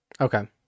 Okay